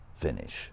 finish